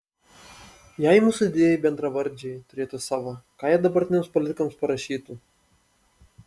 jei mūsų didieji bendravardžiai turėtų savo ką jie dabartiniams politikams parašytų